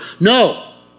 no